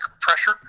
pressure